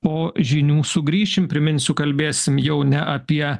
po žinių sugrįšim priminsiu kalbėsim jau ne apie